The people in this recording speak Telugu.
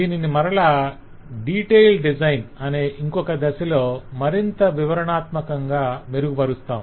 దీనిని మరల డీటైల్డ్ డిజైన్ అనే ఇంకొక దశలో మరింత వివరణాత్మకంగా మెరుగుపరుస్తాము